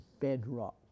bedrock